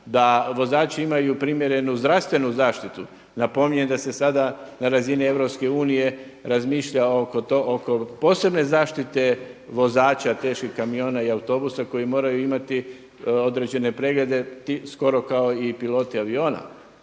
da vozači imaju primjerenu zdravstvenu zaštitu, napominjem da se sada na razini EU razmišlja oko posebne zaštite vozača teških kamiona i autobusa koji moraju imati određene preglede skoro kao i piloti aviona.